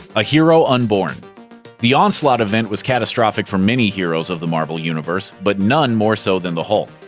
a hero unborn the onslaught event was catastrophic for many heroes of the marvel universe, but none more so than the hulk.